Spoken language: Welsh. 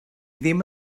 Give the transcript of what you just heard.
ddim